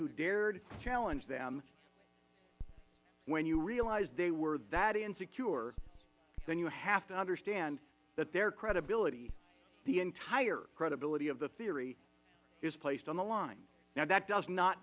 who dared to challenge them when you realize they were that insecure then you have to understand that their credibility the entire credibility of the theory is placed on the line now that does not